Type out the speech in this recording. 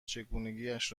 چگونگیاش